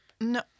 No